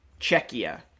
Czechia